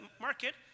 market